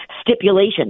stipulation